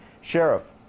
Sheriff